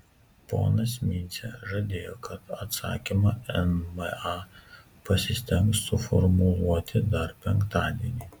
ponas mincė žadėjo kad atsakymą nma pasistengs suformuluoti dar penktadienį